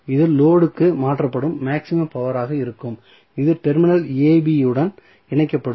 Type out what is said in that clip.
இது லோடு க்கு மாற்றப்படும் மேக்ஸிமம் பவர் ஆக இருக்கும் இது டெர்மினல் ab உடன் இணைக்கப்படும்